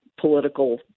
political